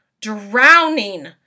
drowning